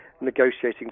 negotiating